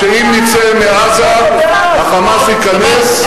שאם נצא מעזה, ה"חמאס" ייכנס.